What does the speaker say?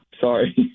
sorry